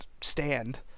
stand